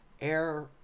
Air